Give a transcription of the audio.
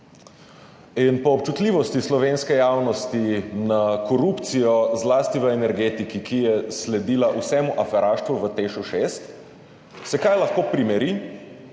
In po občutljivosti slovenske javnosti na korupcijo, zlasti v energetiki, ki je sledila vsemu aferaštvu v TEŠ 6, se kaj lahko primeri,